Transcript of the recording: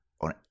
on